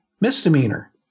misdemeanor